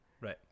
Right